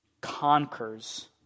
conquers